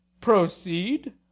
PROCEED